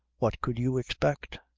what could you expect?